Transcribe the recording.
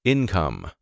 Income